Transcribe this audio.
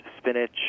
spinach